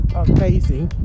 amazing